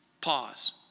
Pause